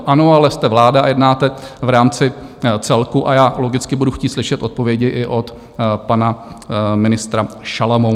Ano, ale jste vláda, jednáte v rámci celku a já logicky budu chtít slyšet odpovědi i od pana ministra Šalomouna.